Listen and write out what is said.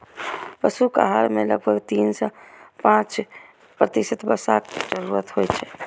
पशुक आहार मे लगभग तीन सं पांच प्रतिशत वसाक जरूरत होइ छै